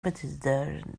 betyder